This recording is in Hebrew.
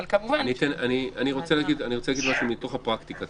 אני רוצה להגיד משהו מתוך הפרקטיקה.